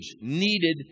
needed